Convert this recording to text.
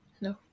no